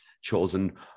chosen